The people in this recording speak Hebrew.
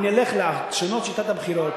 אם נלך לשנות את שיטת הבחירות,